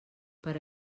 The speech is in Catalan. per